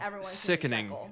sickening